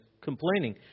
complaining